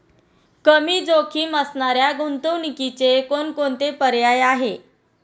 कमी जोखीम असणाऱ्या गुंतवणुकीचे कोणकोणते पर्याय आहे?